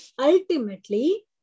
Ultimately